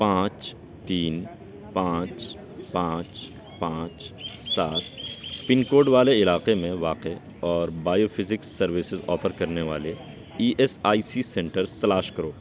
پانچ تین پانچ پانچ پانچ سات پن کوڈ والے علاقے میں واقع اور بایو فزکس سروسز آفر کرنے والے E S I C centres تلاش کرو